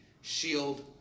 shield